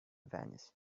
vanished